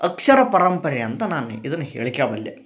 ಅಕ್ಷರ ಪರಂಪರೆ ಅಂತ ನಾನು ಇದನ್ನ ಹೇಳ್ಕ್ಯಬಲ್ಲೆ